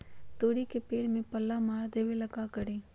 तोड़ी के पेड़ में पल्ला मार देबे ले का करी?